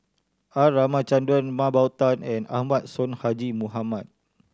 R Ramachandran Mah Bow Tan and Ahmad Sonhadji Mohamad